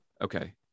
Okay